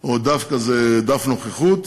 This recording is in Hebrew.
או דף כזה, דף נוכחות,